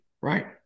Right